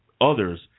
others